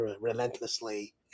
relentlessly